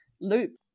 loop